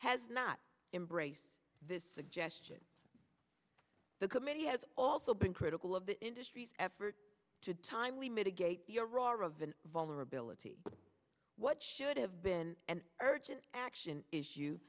has not embraced this suggestion the committee has also been critical of the industry's effort to timely mitigate your roar of the vulnerability what should have been an urgent action is